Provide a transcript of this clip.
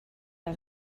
der